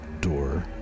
door